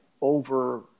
over